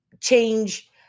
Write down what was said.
change